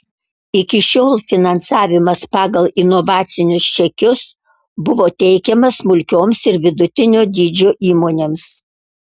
iki šiol finansavimas pagal inovacinius čekius buvo teikiamas smulkioms ir vidutinio dydžio įmonėms